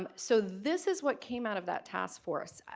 um so this is what came out of that task force.